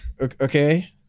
Okay